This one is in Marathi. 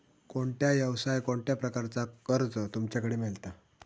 कोणत्या यवसाय कोणत्या प्रकारचा कर्ज तुमच्याकडे मेलता?